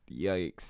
yikes